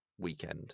weekend